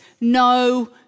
no